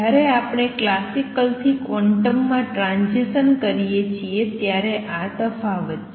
જ્યારે આપણે ક્લાસિકલથી ક્વોન્ટમમાં ટ્રાંઝીસન કરીએ છીએ ત્યારે આ તફાવત છે